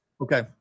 okay